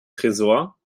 tresor